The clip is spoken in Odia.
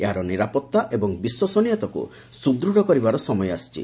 ଏହାର ନିରାପତ୍ତା ଏବଂ ବିଶ୍ୱସନୀୟତାକୁ ସୁଦୃଢ଼ କରିବାର ସମୟ ଆସିଛି